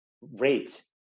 rate